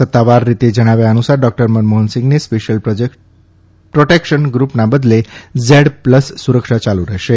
સત્તાવાર રીતે જણાવ્યા અનુસાર ડોકટર મનમોહનસિંહને સ્પેશ્યલ પ્રોટેકશન ગ્રુપના બદલે ઝેડ પ્લસ સુરક્ષા યાલુ રહેશે